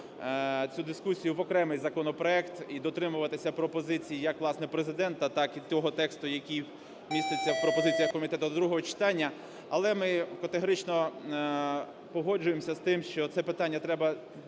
цю дискусію в окремий законопроект і дотримуватися пропозицій як, власне, Президента, так і того тексту, який міститься в пропозиціях комітету до другого читання. Але ми категорично погоджуємося з тим, що це питання треба